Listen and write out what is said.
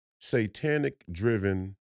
satanic-driven